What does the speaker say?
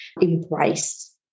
embrace